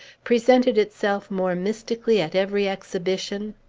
presented itself more mystically at every exhibition?